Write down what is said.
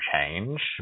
change